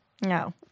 No